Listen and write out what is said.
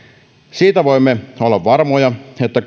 siitä voimme olla varmoja että